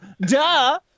Duh